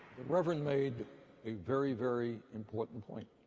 reverend made a very, very important point.